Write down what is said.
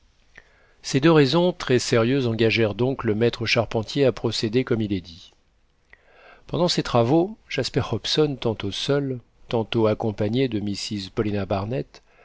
ces deux raisons très sérieuses engagèrent donc le maître charpentier à procéder comme il est dit pendant ces travaux jasper hobson tantôt seul tantôt accompagné de mrs paulina barnett